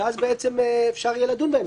ואז בעצם אפשר יהיה לדון בהם.